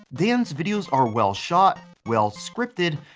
dan's videos are well shot, well scripted,